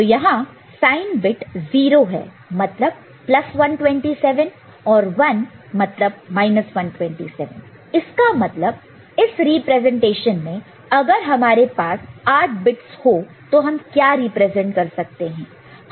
तो यहां sign bit 0 है मतलब 127 और 1 मतलब 127 इसका मतलब इस रिप्रेजेंटेशन में अगर हमारे पास 8 बिट्स हो तो हम क्या रिप्रेजेंट कर सकते हैं